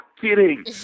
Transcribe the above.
kidding